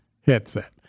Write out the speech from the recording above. headset